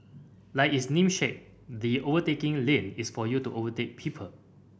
like its namesake the overtaking lane is for you to overtake people